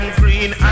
green